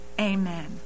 Amen